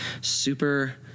Super